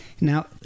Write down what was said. Now